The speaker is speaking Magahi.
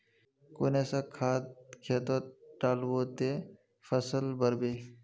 कुन ऐसा खाद खेतोत डालबो ते फसल बढ़बे?